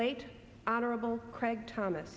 late honorable craig thomas